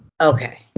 Okay